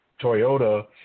Toyota